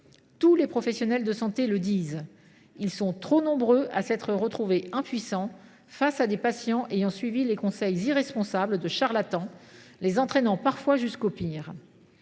Tous les professionnels de santé l’affirment : ils sont trop nombreux à s’être sentis impuissants face à des patients ayant suivi les conseils irresponsables de charlatans, les entraînant vers le pire.